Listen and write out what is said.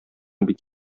бик